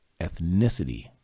ethnicity